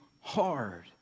hard